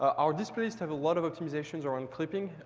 our displays have a lot of optimizations around clipping.